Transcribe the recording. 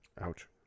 ouch